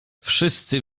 wszyscy